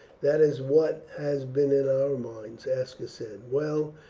that is what has been in our minds, aska said. well,